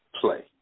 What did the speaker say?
play